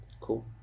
Cool